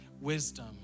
wisdom